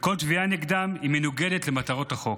וכל תביעה נגדם מנוגדת למטרות החוק.